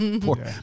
Poor